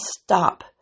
stop